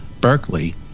Berkeley